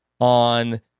on